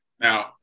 now